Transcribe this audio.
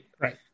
right